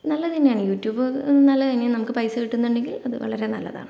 നല്ലത് തന്നെയാണ് യൂട്യൂബ് നല്ലത് തന്നെയാണ് നമുക്ക് പൈസ കിട്ടുന്നുണ്ടെങ്കിൽ അത് വളരെ നല്ലതാണ്